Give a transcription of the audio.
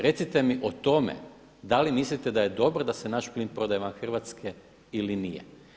Recite mi o tome, da li mislite da je dobro da se naš plin prodaje van Hrvatske ili nije.